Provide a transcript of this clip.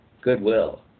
goodwill